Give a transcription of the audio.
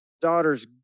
daughter's